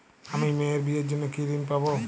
আমি মেয়ের বিয়ের জন্য কি ঋণ পাবো?